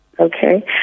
Okay